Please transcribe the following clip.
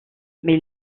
mais